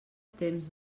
temps